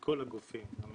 יש לכם מרכז בקרה,